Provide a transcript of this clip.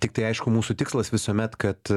tiktai aišku mūsų tikslas visuomet kad